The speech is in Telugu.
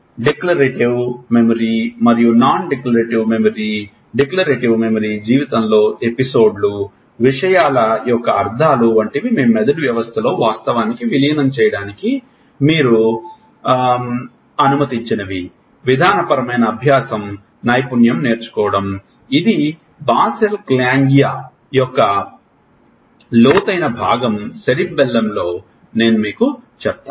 డిక్లరేటివ్ మెమరీ మరియు non declarative memory declarative memory జీవితంలో ఎపిసోడ్లు విషయాల యొక్క అర్ధాలు వంటివి మీ మెదడు వ్యవస్థలో వాస్తవానికి విలీనం చేయడానికి మీరు అనుమతించినవి విధానపరమైన అభ్యాసం నైపుణ్యం నేర్చుకోవడం ఇది బాసెల్ గ్యాంగ్లియా యొక్క లోతైన భాగం సెరెబెల్లంలో నేను మీకు చెప్పాను